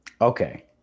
Okay